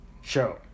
show